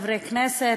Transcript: חברי כנסת,